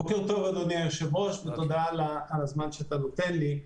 בוקר טוב אדוני היושב ראש ותודה על הזמן שאתה נותן לי.